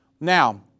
Now